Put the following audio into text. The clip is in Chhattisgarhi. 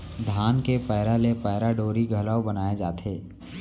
धान के पैरा ले पैरा डोरी घलौ बनाए जाथे